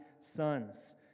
sons